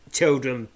children